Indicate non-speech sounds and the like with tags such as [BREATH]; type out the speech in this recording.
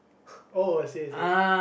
[BREATH] oh I see I see